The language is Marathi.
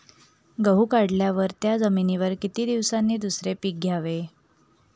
गहू काढल्यावर त्या जमिनीवर किती दिवसांनी दुसरे पीक घ्यावे?